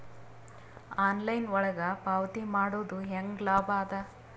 Online ಒಳಗ ಪಾವತಿ ಮಾಡುದು ಹ್ಯಾಂಗ ಲಾಭ ಆದ?